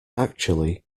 actually